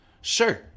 Sure